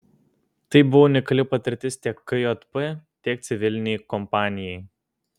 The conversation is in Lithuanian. tai buvo unikali patirtis tiek kjp tiek civilinei kompanijai